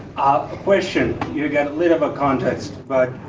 ah question, you got a little bit context but